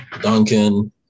Duncan